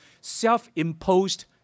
self-imposed